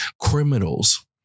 criminals